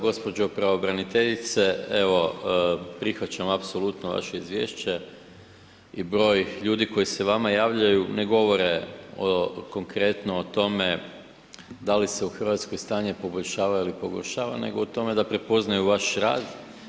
Gospođo pravobraniteljice, evo prihvaćam apsolutno vaše izvješće i broj ljudi koji se vama javljaju ne govore o konkretno o tome da li se u Hrvatskoj stanje poboljšava ili pogoršava nego o tome da prepoznaju vaš rad.